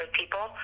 people